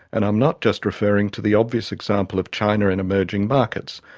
and i'm not just referring to the obvious example of china and emerging markets.